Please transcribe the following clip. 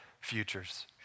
futures